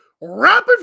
rapid